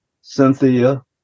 Cynthia